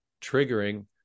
triggering